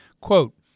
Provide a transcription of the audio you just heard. Quote